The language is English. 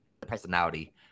personality